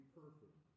perfect